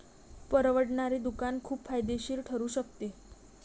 परवडणारे दुकान खूप फायदेशीर ठरू शकते